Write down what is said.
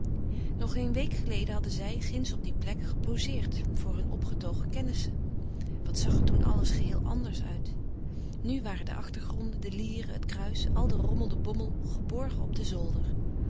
nog geen week geleden hadden zij ginds op die plek gepozeerd voor hun opgetogen kennissen wat zag er toen alles geheel anders uit nu waren de achtergronden de lieren het kruis al de rommeldebommel geborgen op den zolder